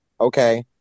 okay